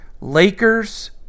Lakers